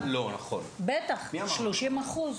בטח, 30 אחוז.